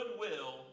goodwill